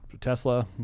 Tesla